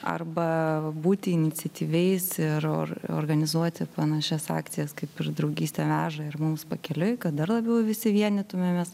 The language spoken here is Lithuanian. arba būti iniciatyviais ir or organizuoti panašias akcijas kaip ir draugystė veža ir mums pakeliui kad dar labiau visi vienytumėmės